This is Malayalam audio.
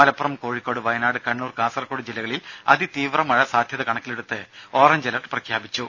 മലപ്പുറം കോഴിക്കോട് വയനാട് കണ്ണൂർ കാസർകോട് ജില്ലകളിൽ അതി തീവ്ര മഴ സാധ്യത കണക്കിലെടുത്ത് ഓറഞ്ച് അലർട്ട് പ്രഖ്യാപിച്ചു